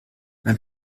ein